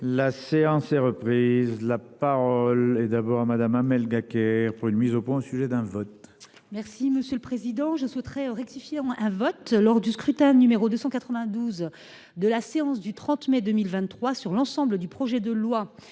La séance est reprise. La parole est d'abord à Madame, Amel Gacquerre, pour une mise au point, au sujet d'un vote. Merci monsieur le président je souhaiterais rectifier en un vote lors du scrutin numéro de 192, de la séance du 30 mai 2023 sur l'ensemble du projet de loi